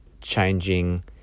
changing